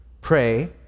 pray